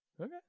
okay